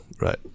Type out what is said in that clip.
Right